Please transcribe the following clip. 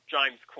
James